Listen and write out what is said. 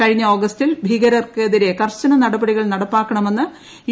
കഴിഞ്ഞ ആഗസ്റ്റിൽ ഭീകരർക്കെതിരെ കർശന നടപടികൾ നടപ്പാക്കണമെന്ന് യു